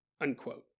unquote